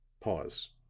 pause.